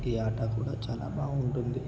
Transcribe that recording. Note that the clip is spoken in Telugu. ఈ ఆట కూడా చాలా బాగుంటుంది